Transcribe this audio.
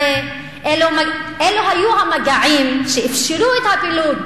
הרי אלה היו המגעים שאפשרו את הפילוג,